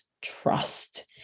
trust